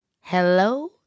Hello